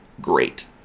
great